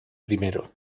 primero